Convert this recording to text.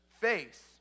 face